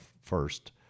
first